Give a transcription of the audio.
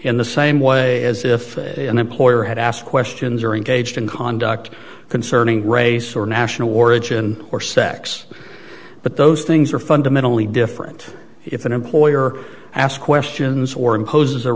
in the same way as if it were an employer had asked questions are engaged in conduct concerning grace or national origin or sex but those things are fundamentally different if an employer ask questions or imposes a